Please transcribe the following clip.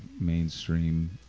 mainstream